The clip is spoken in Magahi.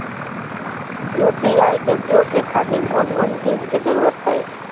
यू.पी.आई के उपयोग के खातिर कौन कौन चीज के जरूरत है?